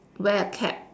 wear a cap